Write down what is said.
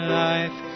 life